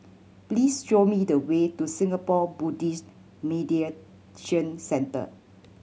please show me the way to Singapore Buddhist Meditation Centre